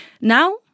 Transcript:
Now